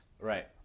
Right